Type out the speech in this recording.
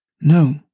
No